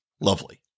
Lovely